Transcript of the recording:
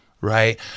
right